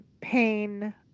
pain